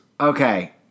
Okay